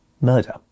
murder